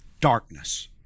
darkness